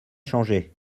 changé